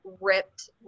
ripped